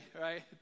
right